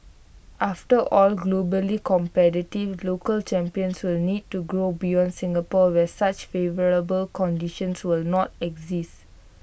after all globally competitive local champions will need to grow beyond Singapore where such favourable conditions will not exist